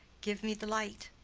give me the light.